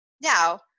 now